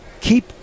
keep